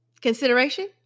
consideration